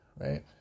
right